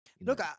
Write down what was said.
Look